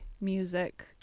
music